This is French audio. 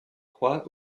croix